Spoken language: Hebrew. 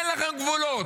אין לכם גבולות.